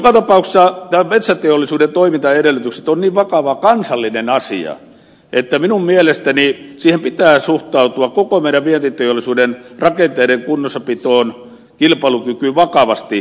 joka tapauksessa metsäteollisuuden toimintaedellytykset ovat niin vakava kansallinen asia että minun mielestäni siihen pitää suhtautua koko meidän vientiteollisuutemme rakenteiden kunnossapitoon kilpailukykyyn vakavasti